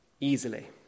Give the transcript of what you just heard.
easily